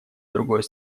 другой